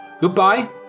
Goodbye